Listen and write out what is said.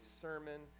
sermon